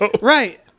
Right